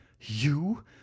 You